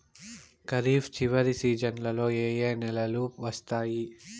ఖరీఫ్ చివరి సీజన్లలో ఏ ఏ నెలలు వస్తాయి